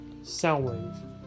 Soundwave